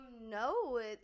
No